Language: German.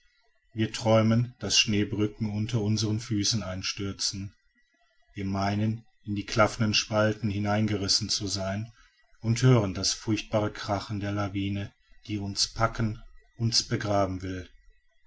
wir träumen daß schneebrücken unter unseren füßen einstürzen wir meinen in die klaffenden spalten hineingerissen zu sein und hören das furchtbare krachen der lawine die uns packen uns begraben will